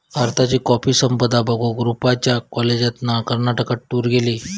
भारताची कॉफी संपदा बघूक रूपच्या कॉलेजातना कर्नाटकात टूर गेली